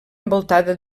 envoltada